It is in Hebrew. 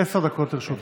אדוני, עשר דקות לרשותך.